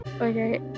Okay